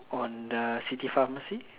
on the city pharmacy